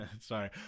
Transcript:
Sorry